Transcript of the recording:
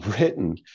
written